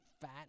fat